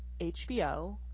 HBO